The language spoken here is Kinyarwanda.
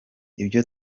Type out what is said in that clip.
ibyo